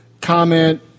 comment